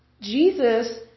Jesus